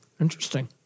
Interesting